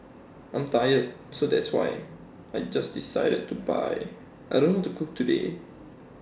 I'm tired so that's why I just decided to buy I don't know to cook today